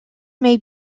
may